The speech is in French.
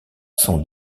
sont